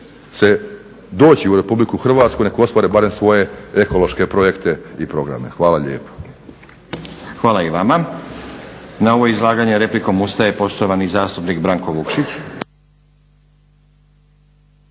će doći u Republiku Hrvatsku, nek ostvare barem svoje ekološke projekte i programe. Hvala lijepa. **Stazić, Nenad (SDP)** Hvala i vama. Na ovo izlaganje replikom ustaje poštovani zastupnik Branko Vukšić.